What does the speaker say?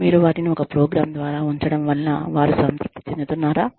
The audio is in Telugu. మీరు వాటిని ఒక ప్రోగ్రామ్ ద్వారా ఉంచడం వలన వారు సంతృప్తి చెందుతున్నారా